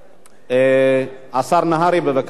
השר נהרי, בבקשה, אם אתה יכול לשבת גם.